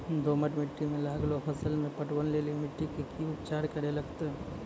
दोमट मिट्टी मे लागलो फसल मे पटवन लेली मिट्टी के की उपचार करे लगते?